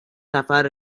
نفر